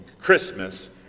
Christmas